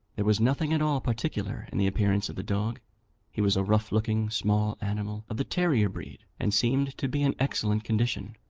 there was nothing at all particular in the appearance of the dog he was a rough-looking small animal, of the terrier breed, and seemed to be in excellent condition,